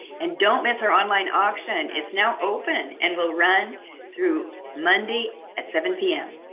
and don't miss our online auction it's now open and will run through monday at seven p m.